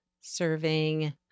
serving